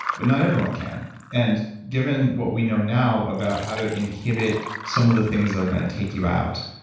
but not everyone can and given what we know now about how to inhibit some of the things that are going to take you out.